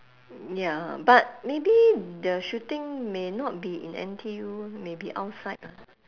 ya but maybe the shooting may not be in N_T_U may be outside ah